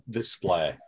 display